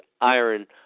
iron